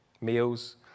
meals